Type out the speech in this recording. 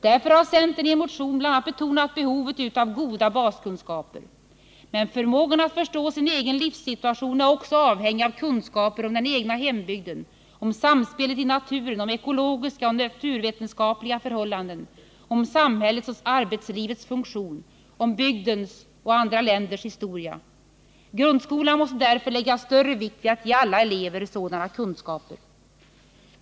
Därför har centern i en motion bl.a. betonat behovet av goda baskunskaper. Men förmågan att förstå sin egen livssituation är också avhängig av kunskaper om den egna hembygden, om samspelet i naturen, om ekologiska och naturvetenskapliga förhållanden, om samhällets och arbetslivets funktion och om bygdens, landets och andra länders historia. Grundskolan måste därför lägga större vikt vid att ge alla elever sådana kunskaper.